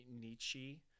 Nietzsche